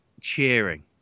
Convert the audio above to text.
cheering